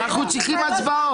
חבל על הזמן, אנחנו צריכים הצבעות.